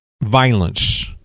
violence